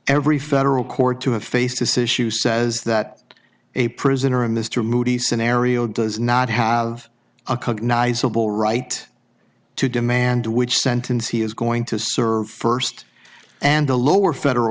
every federal court to have faced this issue says that a prisoner in mr moody scenario does not have a cognize civil right to demand which sentence he is going to serve first and the lower federal